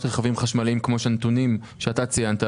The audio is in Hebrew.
רכבים חשמליים כמו הנתונים שאתה ציינת,